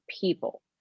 people